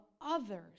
others